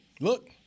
look